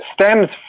stems